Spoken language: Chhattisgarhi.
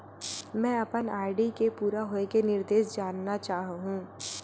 मैं अपन आर.डी के पूरा होये के निर्देश जानना चाहहु